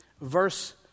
verse